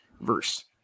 verse